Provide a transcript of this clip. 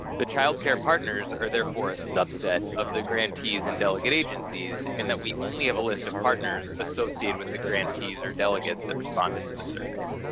the child care partners are therefore a subset of the grantees and delegate agencies in that we only have a list of partners associated with the grantees or delegates that responded to the survey.